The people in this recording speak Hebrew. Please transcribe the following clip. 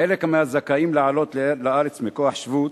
חלק מהזכאים לעלות לארץ מכוח שבות,